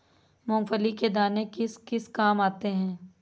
मूंगफली के दाने किस किस काम आते हैं?